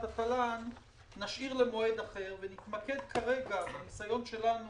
התל"ן נשאיר למועד אחר ונתמקד כרגע בניסיון שלנו